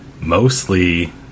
mostly